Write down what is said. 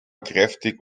kräftig